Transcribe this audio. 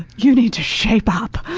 you need to shape up.